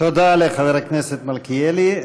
תודה לחבר הכנסת מלכיאלי.